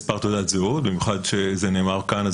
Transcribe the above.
במיוחד שזה נאמר כאן,